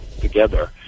together